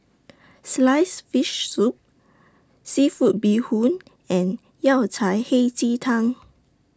Sliced Fish Soup Seafood Bee Hoon and Yao Cai Hei Ji Tang